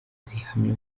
zihamye